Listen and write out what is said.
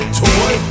toy